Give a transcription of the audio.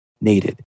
needed